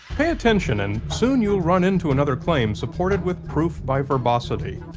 pay attention and soon you'll run into another claim supported with proof by verbosity.